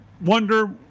wonder